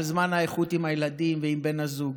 על זמן האיכות עם הילדים ועם בן הזוג.